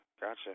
Gotcha